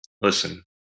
Listen